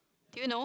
do you know